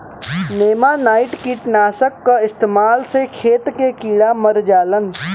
नेमानाइट कीटनाशक क इस्तेमाल से खेत के कीड़ा मर जालन